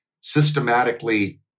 systematically